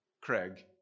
Craig